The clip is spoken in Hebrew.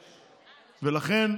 ולכן,